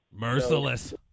merciless